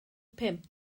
pump